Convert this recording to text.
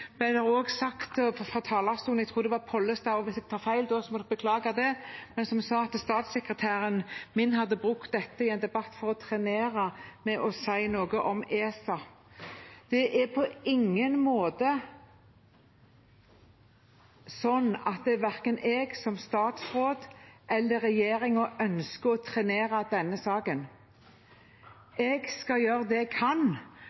hvis jeg tar feil, beklager jeg det – at statssekretæren min hadde brukt dette i en debatt for å trenere med å si noe om ESA. Det er på ingen måte sånn at verken jeg som statsråd eller regjeringen ønsker å trenere denne saken. Jeg skal gjøre det jeg kan